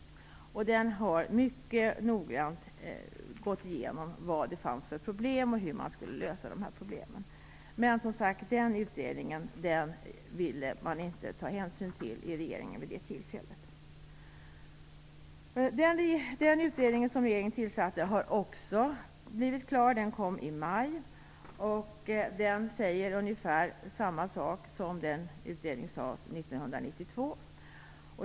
I den har man mycket noggrant gått igenom vad det fanns för problem och hur man skulle lösa dessa problem. Den utredningen ville regeringen inte ta hänsyn till vid det tillfället. Den utredning som regeringen tillsatte har också blivit klar. Den kom i maj. Den säger ungefär samma sak som sades i utredningen från 1992.